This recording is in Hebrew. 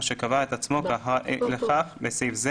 או שקבע את עצמו כאחראי לכך (בסעיף זה,